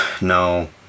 no